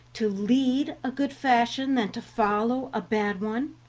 to lead a good fashion than to follow a bad one?